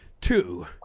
two